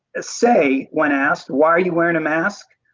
say when asked why are you wearing a mask?